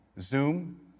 Zoom